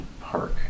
Park